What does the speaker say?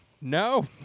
no